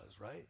right